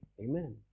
Amen